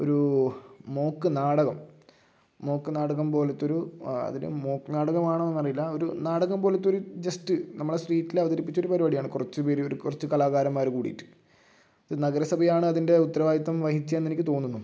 ഒരു മോക്ക് നാടകം മോക്ക് നാടകം പോലത്തെയൊരു അതിനെ മോക്ക് നാടകമാണോ എന്ന് അറിയില്ല ഒരു നാടകം പോലത്തെ ഒരു ജസ്റ്റ് നമ്മളെ സ്ട്രീറ്റിൽ അവതരിപ്പിച്ച ഒരു പരിപാടിയാണ് കുറച്ച് പേർ ഒരു കുറച്ച് കലാകാരന്മാർ കൂടിയിട്ട് നഗരസഭയാണ് അതിൻ്റെ ഉത്തരവാദിത്വം വഹിച്ചത് എന്ന് എനിക്ക് തോന്നുന്നു